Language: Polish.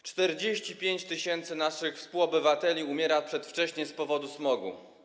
Rocznie 45 tys. naszych współobywateli umiera przedwcześnie z powodu smogu.